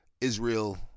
Israel